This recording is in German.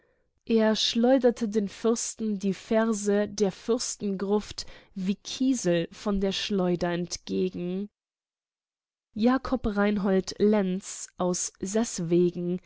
er schleuderte den fürsten die verse der fürstengruft wie pfeile entgegen jakob reinhold lenz aus